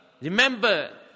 Remember